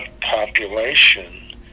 population